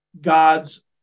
God's